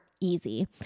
easy